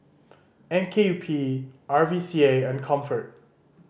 M K U P R V C A and Comfort